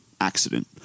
accident